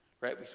Right